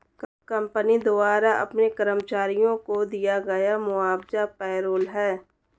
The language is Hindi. कंपनी द्वारा अपने कर्मचारियों को दिया गया मुआवजा पेरोल है